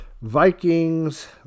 Vikings